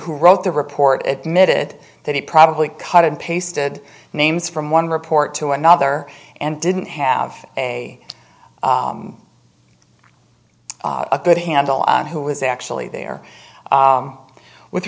who wrote the report at mit it that he probably cut and pasted names from one report to another and didn't have a a good handle on who was actually there with